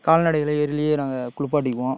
கால்நடைகளை ஏரிலயே நாங்கள் குளிப்பாட்டிக்குவோம்